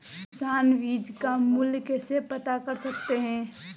किसान बीज का मूल्य कैसे पता कर सकते हैं?